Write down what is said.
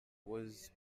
was